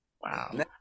Wow